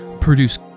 produce